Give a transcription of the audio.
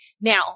Now